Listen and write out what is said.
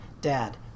dad